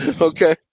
Okay